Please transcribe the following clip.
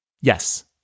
Yes